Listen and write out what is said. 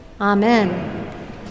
Amen